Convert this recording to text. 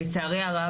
לצערי הרב,